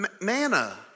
Manna